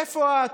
איפה את,